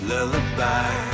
Lullaby